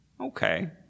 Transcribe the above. Okay